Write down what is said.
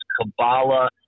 Kabbalah